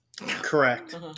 Correct